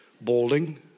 balding